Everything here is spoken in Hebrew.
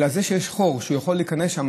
אלא זה שיש חור שהוא יכול להיכנס שם,